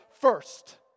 first